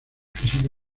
física